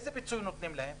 איזה פיצוי נותנים להם?